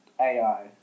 AI